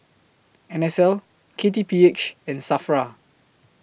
N S L K T P H and SAFRA